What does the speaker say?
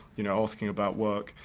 you know asking about work,